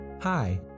Hi